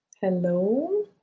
hello